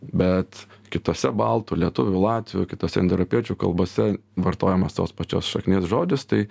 bet kitose baltų lietuvių latvių kitose indoeuropiečių kalbose vartojamas tos pačios šaknies žodis tai